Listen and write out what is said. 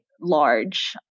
large